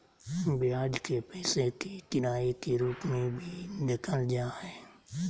ब्याज के पैसे के किराए के रूप में भी देखल जा हइ